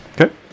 Okay